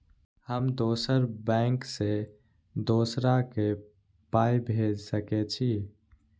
हम दोसर बैंक से दोसरा के पाय भेज सके छी?